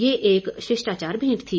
यह एक शिष्टाचार भेंट थी